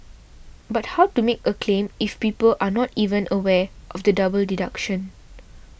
but how to make a claim if people are not even aware of the double deduction